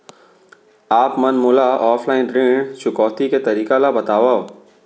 आप मन मोला ऑफलाइन ऋण चुकौती के तरीका ल बतावव?